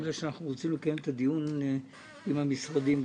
בגלל שאנחנו רוצים לקיים את הדיון גם עם המשרדים.